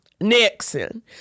Nixon